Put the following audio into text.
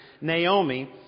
Naomi